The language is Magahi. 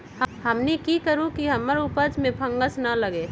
हमनी की करू की हमार उपज में फंगस ना लगे?